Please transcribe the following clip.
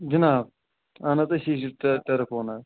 جِناب اَہن حظ أسی چھِ ٹٔہ ٹٔرٕف اونَر